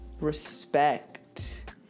respect